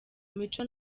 mico